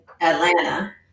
Atlanta